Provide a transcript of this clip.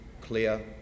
clear